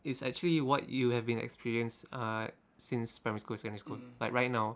is actually what you have been experience ah since primary school secondary school like right now